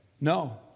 No